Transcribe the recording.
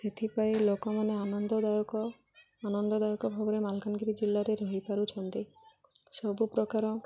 ସେଥିପାଇଁ ଲୋକମାନେ ଆନନ୍ଦଦାୟକ ଆନନ୍ଦଦାୟକ ଭାବରେ ମାଲକାନଗିରି ଜିଲ୍ଲାରେ ରହିପାରୁଛନ୍ତି ସବୁପ୍ରକାର